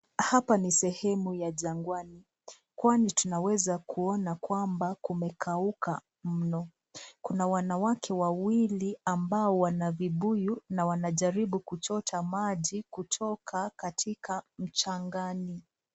Hapa ni sehemu ya jangwani kwani tunaweza kuona kwamba zimekauka mno. Kuna wanawake wawili ambao wana vibuyu na wanajaribu kuchota maji kutoka katika mchangani.